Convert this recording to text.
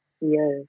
Yes